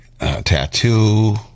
tattoo